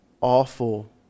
awful